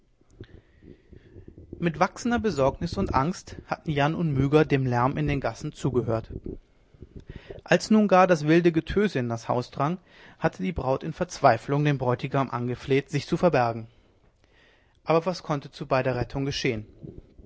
mit wachsender besorgnis und angst hatten jan und myga dem lärm in den gassen zugehört als nun gar das wilde getöse in das haus eindrang hatte die braut in verzweiflung den bräutigam angefleht sich zu verbergen aber was konnte zu beider rettung geschehen